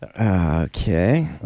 Okay